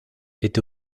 était